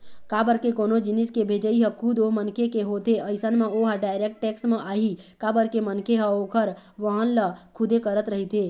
काबर के कोनो जिनिस के भेजई ह खुद ओ मनखे के होथे अइसन म ओहा डायरेक्ट टेक्स म आही काबर के मनखे ह ओखर वहन ल खुदे करत रहिथे